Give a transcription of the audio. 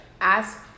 ask